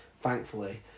Thankfully